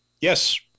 Yes